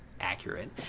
accurate